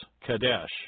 Kadesh